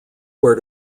where